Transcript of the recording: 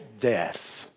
death